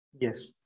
Yes